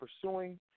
pursuing